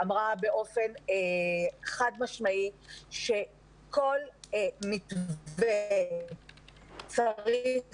אמרה באופן חד משמעי שכל מתווה צריך